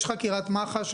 יש חקירת מח"ש.